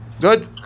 Good